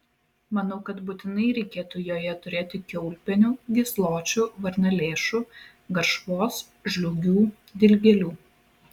manau kad būtinai reikėtų joje turėti kiaulpienių gysločių varnalėšų garšvos žliūgių dilgėlių